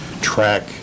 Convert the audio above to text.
track